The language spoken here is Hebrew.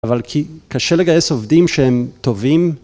אבל כי קשה לגייס עובדים שהם טובים.